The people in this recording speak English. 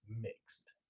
mixed